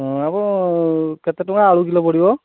ହଁ ଆମ କେତେ ଟଙ୍କା ଆଳୁ କିଲୋ ପଡ଼ିବ